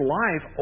life